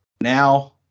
Now